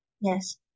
Yes